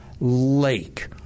lake